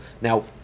Now